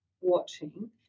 watching